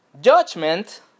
judgment